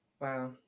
Wow